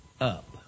up